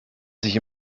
sich